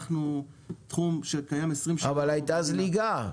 אנחנו תחום שקיים 20 שנה --- אבל הייתה זליגה.